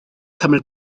cymryd